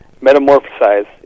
metamorphosize